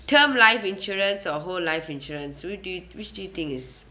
term life insurance or whole life insurance would you which do you think is